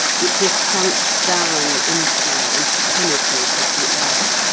which has sunk down into and penetrated the earth,